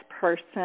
person